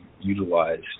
utilized